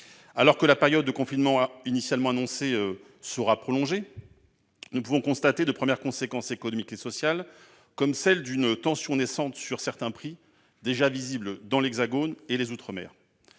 Alors que la période de confinement initialement annoncée sera prolongée, nous pouvons constater de premières conséquences économiques et sociales. Je pense à la tension naissante sur certains prix déjà visible dans l'Hexagone et dans les outre-mer.